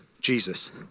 Jesus